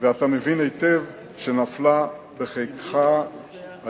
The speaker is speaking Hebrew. ואתה מבין היטב שהיום נפלה בחיקך הזדמנות